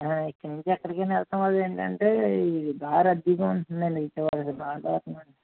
ఇక్కడ నుంచి ఎక్కడికైనా వెళ్ళటం వల్ల ఏమిటంటే ఈ బాగా రద్దీగా ఉంటుంది అండి విజయవాడ అయితే బాగా